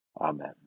Amen